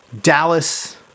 Dallas